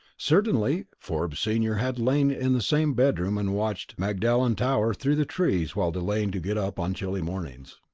certainly forbes senior had lain in the same bedroom and watched magdalen tower through the trees while delaying to get up on chilly mornings.